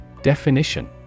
Definition